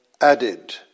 added